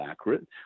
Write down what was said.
accurate